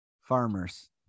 Farmers